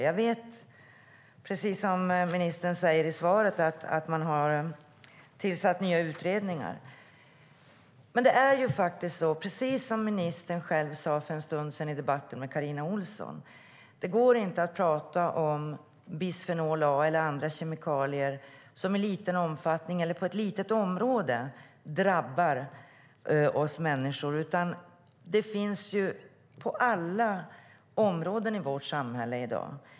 Jag vet att det har, precis som ministern säger i svaret, tillsatts nya utredningar. Som ministern sade för en stund sedan i debatten med Carina Ohlsson går det inte att säga att bisfenol A eller andra kemikalier bara i liten omfattning eller på ett litet område drabbar oss människor, för det finns kemikalier på alla områden i vårt samhälle.